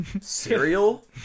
Cereal